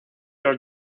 los